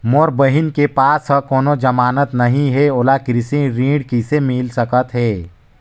मोर बहिन के पास ह कोनो जमानत नहीं हे, ओला कृषि ऋण किसे मिल सकत हे?